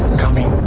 coming